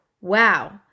wow